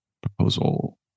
proposal